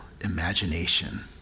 imagination